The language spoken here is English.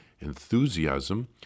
enthusiasm